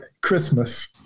Christmas